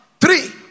Three